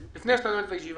לפני שאתה נועל את הישיבה,